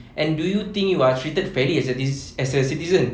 and do you think you are treated fairly as citi~ as a citizen